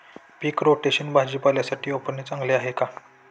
पीक rotation भाजीपाल्यासाठी वापरणे चांगले आहे का?